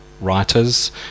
Writers